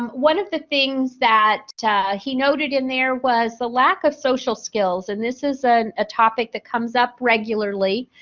one of the things that he noted in there was the lack of social skills and this is a ah topic that comes up regularly.